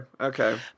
okay